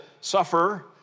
suffer